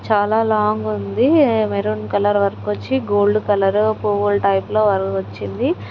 చాలా లాంగ్ ఉంది maroon colour work వచ్చి గోల్డ్ కలర్ పువ్వుల టైప్లో వచ్చింది